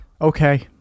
Okay